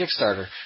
Kickstarter